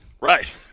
Right